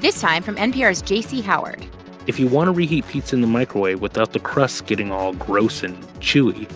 this time from npr's j c. howard if you want to reheat pizza in the microwave without the crust getting all gross and chewy,